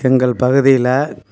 எங்கள் பகுதியில்